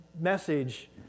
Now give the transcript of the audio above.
message